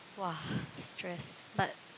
!wah! stressed but